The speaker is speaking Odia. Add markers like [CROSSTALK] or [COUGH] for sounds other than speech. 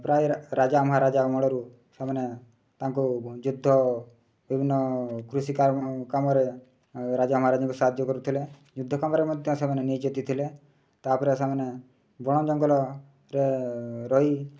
ପ୍ରାୟ ରାଜା ମହାରାଜା ଅମଳରୁ ସେମାନେ ତାଙ୍କୁ ଯୁଦ୍ଧ ବିଭିନ୍ନ କୃଷି କାମରେ ରାଜା ମହାରାଜାଙ୍କୁ ସାହାଯ୍ୟ କରୁଥିଲେ ଯୁଦ୍ଧ କାମରେ ମଧ୍ୟ ସେମାନେ ନିଜେ [UNINTELLIGIBLE] ଥିଲେ ତା'ପରେ ସେମାନେ ବଣ ଜଙ୍ଗଲରେ ରହି